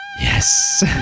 Yes